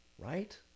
Right